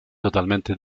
totalmente